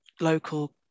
local